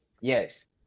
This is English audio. Yes